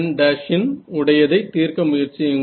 In' இன் உடையதை தீர்க்க முயற்சியுங்கள்